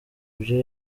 ibyo